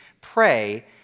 pray